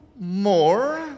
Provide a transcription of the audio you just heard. more